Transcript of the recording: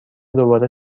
دوباره